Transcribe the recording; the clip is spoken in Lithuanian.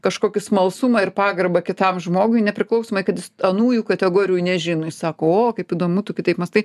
kažkokį smalsumą ir pagarbą kitam žmogui nepriklausomai kad jis anųjų kategorijų nežino jis sako o kaip įdomu tu kitaip mąstai